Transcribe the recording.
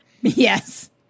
Yes